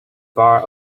bar